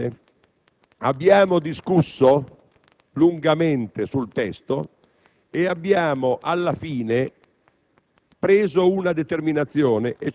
e quindi inaccettabile. Abbiamo discusso lungamente sul testo e abbiamo alla fine